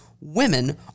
Women